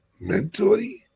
mentally